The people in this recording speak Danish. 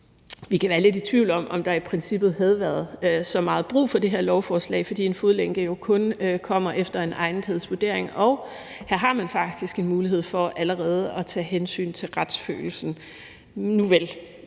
Vi kan være lidt i tvivl om, om der i princippet havde været så meget brug for det her lovforslag, fordi en fodlænke jo kun bruges efter en egnethedsvurdering, og her har man faktisk en mulighed for allerede at tage hensyn til retsfølelsen. Nuvel,